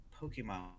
Pokemon